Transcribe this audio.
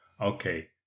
okay